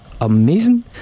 amazing